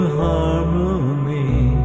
harmony